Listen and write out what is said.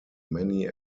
many